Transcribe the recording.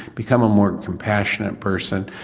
become a more compassionate person.